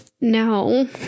No